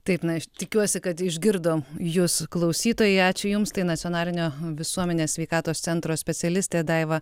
taip na aš tikiuosi kad išgirdo jus klausytojai ačiū jums tai nacionalinio visuomenės sveikatos centro specialistė daiva